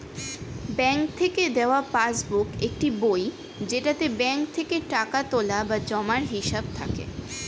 bank থেকে দেওয়া passbook একটি বই যেটাতে ব্যাঙ্ক থেকে টাকা তোলা বা জমার হিসাব থাকে